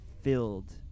filled